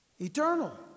eternal